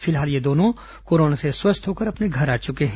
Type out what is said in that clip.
फिलहाल ये दोनों कोरोना से स्वस्थ होकर अपने घर आ चुके हैं